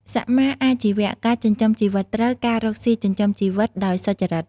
សម្មាអាជីវៈ ការចិញ្ចឹមជីវិតត្រូវ ការរកស៊ីចិញ្ចឹមជីវិតដោយសុចរិត។